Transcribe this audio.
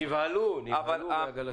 הם נבהלו מהגל השני.